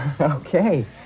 Okay